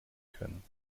können